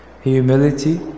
humility